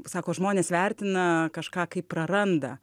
sako žmonės vertina kažką kaip praranda